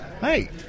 hey